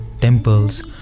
temples